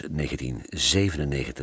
1997